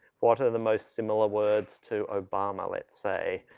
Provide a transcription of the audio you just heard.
what are the most similar words to obama let's say?